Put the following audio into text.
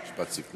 משפט סיכום.